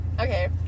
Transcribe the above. Okay